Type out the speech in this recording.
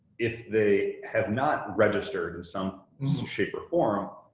if they have not registered in some so shape or form,